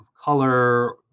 color